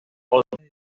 otras